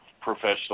professional